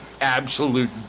absolute